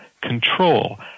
control